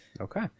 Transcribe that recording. Okay